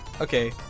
okay